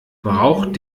braucht